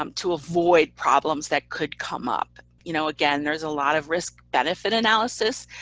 um to avoid problems that could come up. you know, again, there's a lot of risk-benefit analysis.